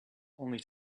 only